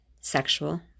sexual